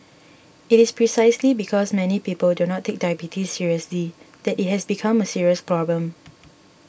it is precisely because many people do not take diabetes seriously that it has become a serious problem